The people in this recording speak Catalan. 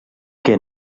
què